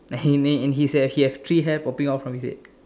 and he and he has three hair popping out from his head